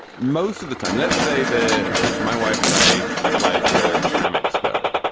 most of the time let's say the my wife and i apply for amex card.